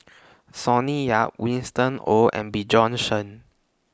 Sonny Yap Winston Oh and Bjorn Shen